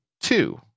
two